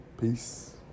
Peace